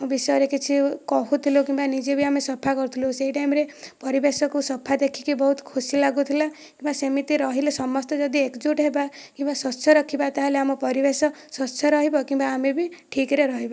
ବିଷୟରେ କିଛି କହୁଥିଲୁ କିମ୍ବା ନିଜେ ବି ଆମେ ସଫା କରୁଥିଲୁ ସେହି ଟାଇମ୍ ରେ ପରିବେଶକୁ ସଫା ଦେଖିକି ବହୁତ ଖୁସି ଲାଗୁଥିଲା କିମ୍ବା ସେମିତି ରହିଲେ ସମସ୍ତେ ଯଦି ଏକଜୁଟ ହେବା କିମ୍ବା ସ୍ଵଚ୍ଛ ରଖିବା ତହେଲେ ଆମ ପରିବେଶ ସ୍ଵଚ୍ଛ ରହିବ କିମ୍ବା ଆମେ ବି ଠିକରେ ରହିବା